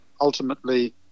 ultimately